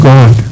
God